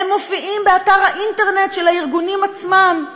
הם מופיעים באתר האינטרנט של הארגונים עצמם,